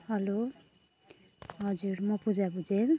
hello हजुर म पूजा भुजेल